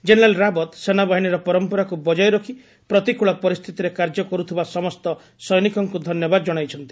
general Rawat ସେନାବାହିନୀର ପରମ୍ପରାକୁ ବଜାୟ ରଖି ପ୍ରତିକୂଳ ପରିସ୍ଥିତିରେ କାର୍ଯ୍ୟ କରୁଥିବା ସମସ୍ତ ସୈନିକଙ୍କୁ ସେ ଧନ୍ୟବାଦ ଜଣାଇଛନ୍ତି